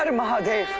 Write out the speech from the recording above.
but mahadev.